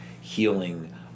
healing